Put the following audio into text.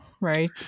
right